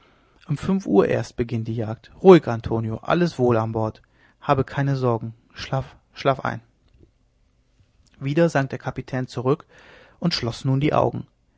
um fünf uhr erst beginnt die jagd ruhig ruhig antonio alles wohl an bord habe keine sorgen schlaf schlafe ein wieder sank der kapitän zurück und schloß die augen